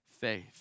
faith